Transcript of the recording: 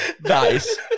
nice